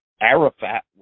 Arafat